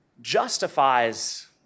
justifies